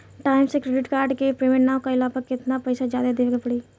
Time से credit card के payment ना कैला पर केतना पईसा जादे देवे के पड़ी?